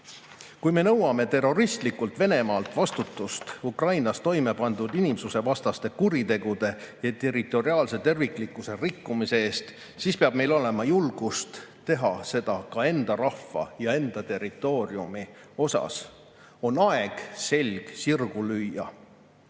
Kui me nõuame terroristlikult Venemaalt vastutust Ukrainas toime pandud inimsusvastaste kuritegude ja territoriaalse terviklikkuse rikkumise eest, siis peab meil olema julgust teha seda ka enda rahva ja enda territooriumi nimel. On aeg selg sirgu lüüa!